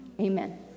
Amen